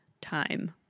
time